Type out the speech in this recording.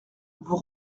vous